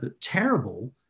terrible